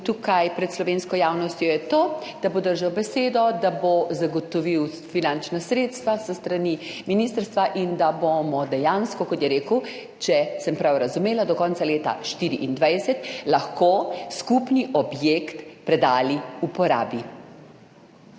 tukaj pred slovensko javnostjo, je to, da bo držal besedo, da bo zagotovil finančna sredstva s strani ministrstva in da bomo dejansko, kot je rekel, če sem prav razumela, do konca leta 2024 lahko skupni objekt predali uporabi.